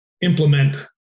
implement